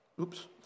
Oops